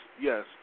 yes